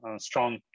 strong